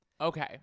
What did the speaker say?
Okay